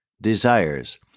desires